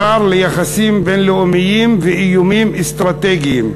שר ליחסים בין-לאומיים ואיומים אסטרטגיים,